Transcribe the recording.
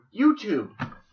YouTube